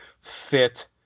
fit